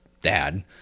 dad